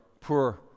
poor